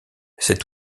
cet